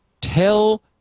tell